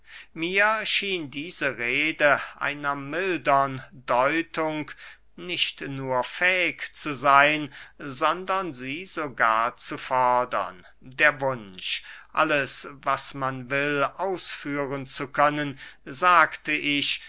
mir schien diese rede einer mildern deutung nicht nur fähig zu seyn sondern sie sogar zu fordern der wunsch alles was man will ausführen zu können sagte ich